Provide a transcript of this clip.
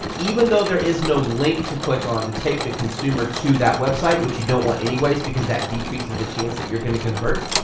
even though there is no link to click on to take the consumer to that website which you don't want anyways because that decreases the chance that you're going to convert